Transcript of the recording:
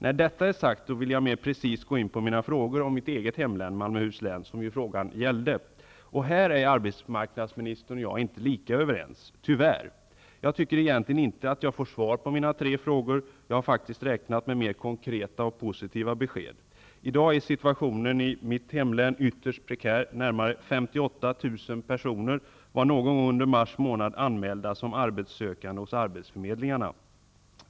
När detta är sagt vill jag mera precist gå in på mina frågor om mitt eget hemlän, Malmöhus län, som ju frågan gällde. Här är arbetsmarknadsministern och jag tyvärr inte lika överens. Jag tycker inte att jag får svar på mina tre frågor. Jag hade räknat med mer konkreta och positiva besked. I dag är situationen i mitt hemlän ytterst prekär. Närmare 58 000 personer var någon gång under mars månad anmälda som arbetssökande hos arbetsförmedlingarna.